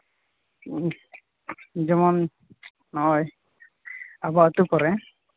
ᱡᱮᱢᱚᱱ ᱱᱚᱜᱼᱚᱭ ᱟᱵᱚ ᱟᱹᱛᱩ ᱠᱚᱨᱮ